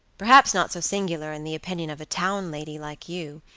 perhaps not so singular in the opinion of a town lady like you,